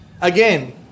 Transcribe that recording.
Again